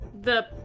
the-